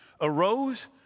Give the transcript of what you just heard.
arose